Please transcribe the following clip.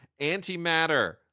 Antimatter